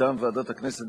במידת הצורך,